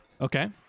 Okay